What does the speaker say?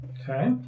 Okay